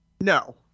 no